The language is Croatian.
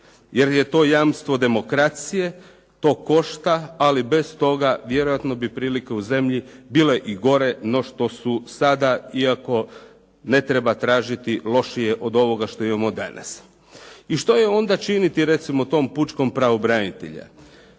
jer je to jamstvo demokracije, to košta, ali bez toga vjerojatno bi prilike u zemlji bile i gore no što su sada, iako ne treba tražiti lošije od ovoga što imamo danas. I što je onda činiti recimo tom pučkom pravobranitelju?